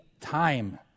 time